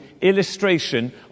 illustration